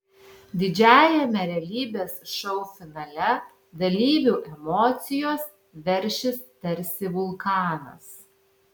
didžiajame realybės šou finale dalyvių emocijos veršis tarsi vulkanas